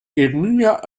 geringer